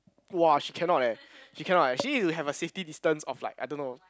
!wah! she cannot leh she cannot leh she needs to have a safety distance of like I don't know